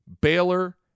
Baylor